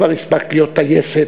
כבר הספקת להיות טייסת,